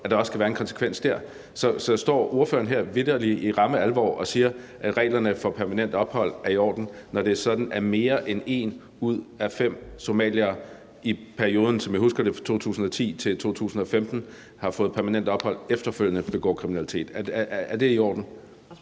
eller efter permanent ophold. Så står ordføreren vitterlig her i ramme alvor og siger, at reglerne for permanent ophold er i orden, når det er sådan, at mere end en ud af fem somaliere i perioden, som jeg husker det, fra 2010 til 2015 har fået permanent ophold efter at have begået kriminalitet? Er det i orden?